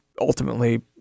ultimately